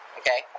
okay